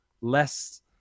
less